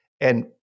And-